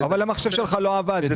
אבל המחשב שלך לא עבד, זה חריג?